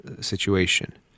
situation